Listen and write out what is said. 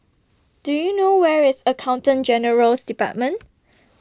Do YOU know Where IS Accountant General's department